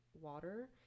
water